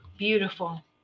Beautiful